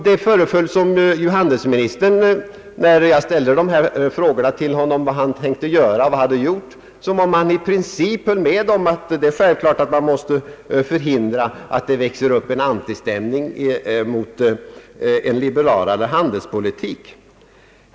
När jag till handelsministern ställde frågorna, vad han avsåg att göra och vad han hade gjort, föreföll det som om han i princip höll med om att man måste förhindra att det växer upp en antistämning mot en liberalare handelspolitik.